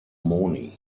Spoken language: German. moni